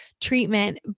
treatment